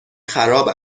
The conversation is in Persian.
خراب